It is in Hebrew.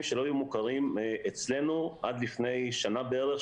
שלא היו מוכרים אצלנו עד לפני שנה בערך,